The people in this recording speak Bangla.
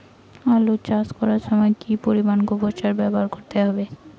আলু চাষ করার সময় কি পরিমাণ গোবর সার ব্যবহার করতে হবে?